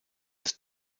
des